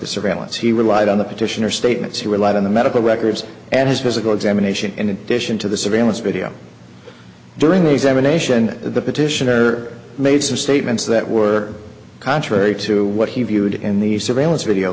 surveillance he relied on the petitioner statements he relied on the medical records and his physical examination in addition to the surveillance video during the examination the petitioner made some statements that were contrary to what he viewed in the surveillance video